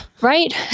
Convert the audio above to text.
right